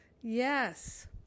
Yes